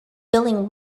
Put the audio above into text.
billing